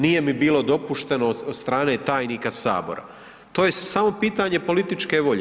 Nije mi bilo dopušteno od strane tajnika Sabora, to je samo pitanje političke volje.